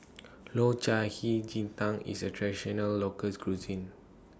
Low Cai Hei Ji Tang IS A Traditional locals Cuisine